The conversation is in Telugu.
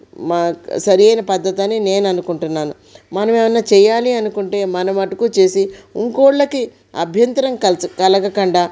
మా సరైన పద్ధతి అని నేను అనుకుంటున్నాను మనం ఏమైనా చేయాలి అనుకుంటే మనం మటుకు చేసి ఇంకొకరికి అభ్యంతరం కల్చ కలగకుండా